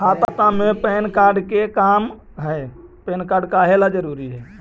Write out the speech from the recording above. खाता में PAN card के का काम है पैन कार्ड काहे ला जरूरी है?